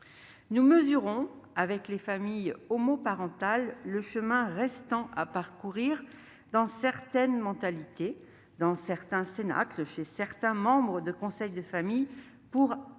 toutefois, avec les familles homoparentales, le chemin qui reste à parcourir dans certaines mentalités, dans certains cénacles, chez certains membres des conseils de famille pour accompagner